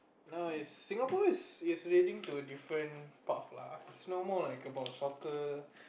no it's Singapore is leaning to a different part lah its no more about like soccer